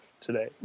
today